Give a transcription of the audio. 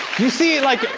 you see, like,